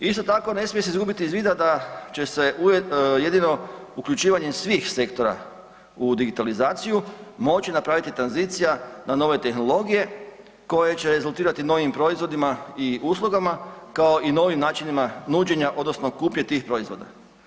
Isto tako ne smije se izgubiti iz vida da će se jedino uključivanjem svih sektora u digitalizaciju moći napraviti tranzicija na nove tehnologije koje će rezultirati novim proizvodima i uslugama kao i novim načinima nuđenja odnosno kupnje tih proizvoda.